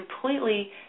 completely